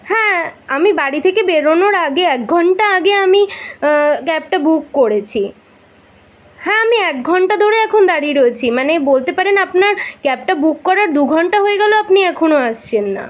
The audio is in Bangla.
হ্যাঁ আমি বাড়ি থেকে বেরোনোর আগে এক ঘন্টা আগে আমি ক্যাবটা বুক করেছি হ্যাঁ আমি এক ঘন্টা ধরে এখন দাঁড়িয়ে রয়েছি মানে বলতে পারেন আপনার ক্যাবটা বুক করার দু ঘন্টা হয়ে গেলো আপনি এখনো আসছেন না